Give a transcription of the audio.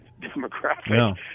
demographic